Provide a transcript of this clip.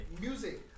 music